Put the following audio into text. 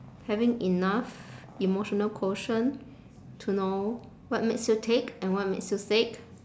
having enough emotional quotient to know what makes you tick and what makes you sick